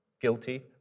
guilty